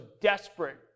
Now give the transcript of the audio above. desperate